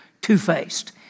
two-faced